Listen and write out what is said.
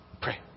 Pray